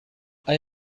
hay